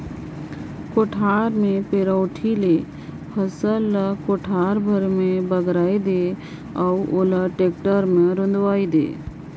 कोठार मे पैरोठी ले फसल ल कोठार भरे मे बगराय दे अउ ओला टेक्टर मे खुंदवाये दे